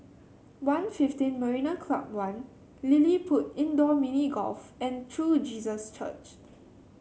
One Fifteen Marina Club One LilliPutt Indoor Mini Golf and True Jesus Church